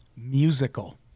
Musical